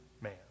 man